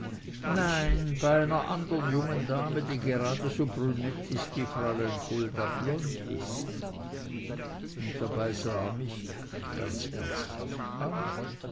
nein bei einer anderen jungen dame die geradeso brünett ist wie fräulein hulda blond ist und dabei sah er mich ganz ernsthaft an